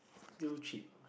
still cheap